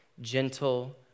gentle